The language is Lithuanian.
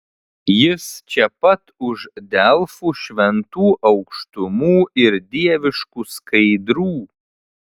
jis čia pat už delfų šventų aukštumų ir dieviškų skaidrų